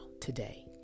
today